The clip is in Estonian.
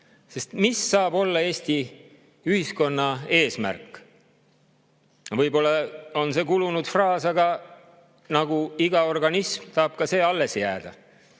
mis saab olla Eesti ühiskonna eesmärk? Võib-olla on see kulunud fraas, aga nagu iga organism, tahab ka see alles jääda.